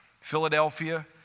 Philadelphia